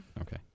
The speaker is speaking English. Okay